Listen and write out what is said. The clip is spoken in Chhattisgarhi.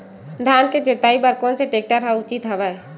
धान के जोताई बर कोन से टेक्टर ह उचित हवय?